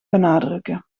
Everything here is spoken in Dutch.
benadrukken